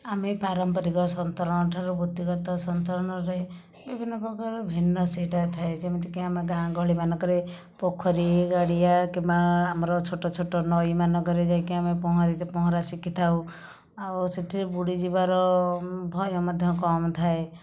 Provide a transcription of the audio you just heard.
ଆମେ ପାରମ୍ପାରିକ ସନ୍ତରଣଠାରୁ ବୃତ୍ତି ଗତ ସନ୍ତରଣରେ ବିଭିନ୍ନ ପ୍ରକାର ଭିନ୍ନ ସେଇଟା ଥାଏ ଯେମିତିକି ଆମେ ଗାଁ ଗହଳି ମାନଙ୍କରେ ପୋଖରୀ ଗାଡ଼ିଆ କିମ୍ବା ଆମର ଛୋଟ ଛୋଟ ନଈମାନଙ୍କରେ ଯାଇକି ଆମେ ପହଁରିକି ପହଁରା ଶିଖିଥାଉ ଆଉ ସେଥିରେ ବୁଡ଼ିଯିବାର ଭୟ ମଧ୍ୟ କମ ଥାଏ